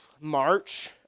March